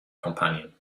companion